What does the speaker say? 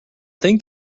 think